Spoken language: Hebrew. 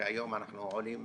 היום אנחנו עולים